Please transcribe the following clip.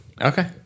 Okay